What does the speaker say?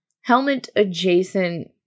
helmet-adjacent